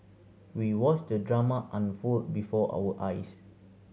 we watched the drama unfold before our eyes